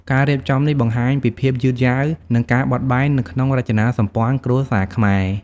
ការរៀបចំនេះបង្ហាញពីភាពយឺតយាវ និងការបត់បែននៅក្នុងរចនាសម្ព័ន្ធគ្រួសារខ្មែរ។